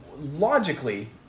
logically